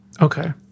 Okay